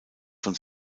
von